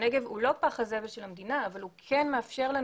הנגב לא פח הזבל של המדינה אבל הוא כן מאפשר לנו